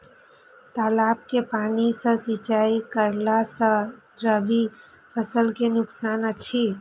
तालाब के पानी सँ सिंचाई करला स रबि फसल के नुकसान अछि?